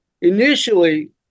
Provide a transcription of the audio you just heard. Initially